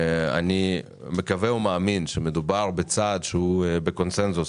אני מקווה ומאמין שמדובר בצעד שהוא בקונצנזוס